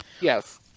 Yes